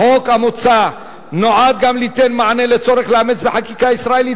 החוק המוצע נועד גם ליתן מענה לצורך לאמץ בחקיקה הישראלית